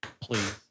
Please